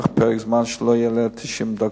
שאלה קצרה.